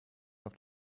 oft